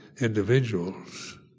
individuals